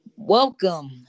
Welcome